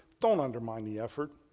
don't undermine the effort.